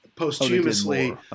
Posthumously